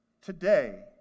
Today